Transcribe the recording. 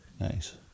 Nice